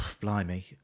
blimey